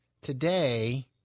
today